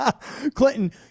Clinton